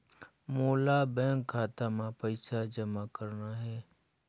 मोला बैंक खाता मां पइसा जमा करना हे?